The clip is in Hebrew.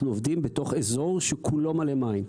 אנחנו עובדים בתוך אזור שהוא כולו מלא מים,